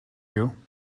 you